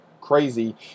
crazy